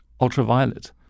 ultraviolet